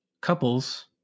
couples